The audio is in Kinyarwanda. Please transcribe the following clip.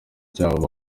cyabo